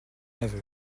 aveu